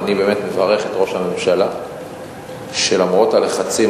אני באמת מברך את ראש הממשלה שלמרות הלחצים